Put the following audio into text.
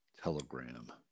Telegram